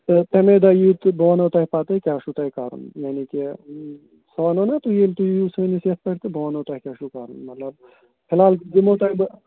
تہٕ تَمے دۄہ یِیِو تُہۍ بہٕ وَنہو تۄہہِ پَتَے کیٛاہ چھُو تۄہہِ کَرُن یعنی کہِ سُہ وَنہو نا تُہۍ ییٚلہِ تُہۍ یِیِو سٲنِس یَتھ پٮ۪ٹھ تہٕ بہٕ وَنہو تۄہہِ کیٛاہ چھُو کَرُن مطلب فِلحال دِمو تۄہہِ بہٕ